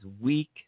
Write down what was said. weak